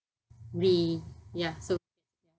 ray ya so